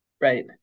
Right